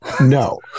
No